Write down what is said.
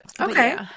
okay